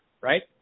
right